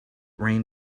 rain